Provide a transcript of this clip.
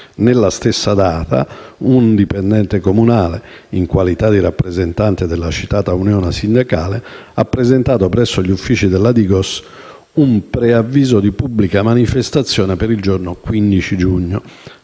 Nella stessa data, un dipendente comunale, in qualità di rappresentante della citata Unione sindacale, ha presentato presso gli uffici della DIGOS un preavviso di pubblica manifestazione per il giorno 15 giugno.